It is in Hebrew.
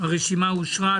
הרשימה אושרה.